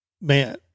man